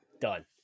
Done